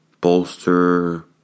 bolster